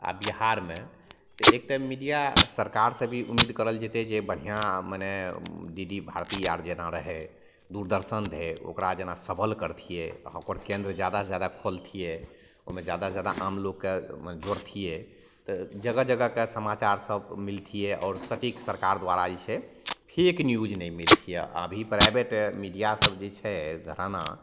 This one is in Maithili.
आओर बिहारमे तऽ एक तऽ मीडिआ सरकारसे भी उम्मीद करल जएतै जे बढ़िआँ मने डी डी भारती आओर जेना रहै दूरदर्शन रहै ओकरा जेना सबल करतिए आओर ओकर केन्द्र जादासे जादा खोलतिए ओहिमे जादासे जादा आम लोकके जोड़तिए तऽ जगह जगहके समाचार सभ मिलतिए आओर सटीक सरकार दुआरा जे छै फेक न्यूज नहि मिलतियै अभी प्राइवेट मीडिआ सब जे छै घराना